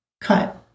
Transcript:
cut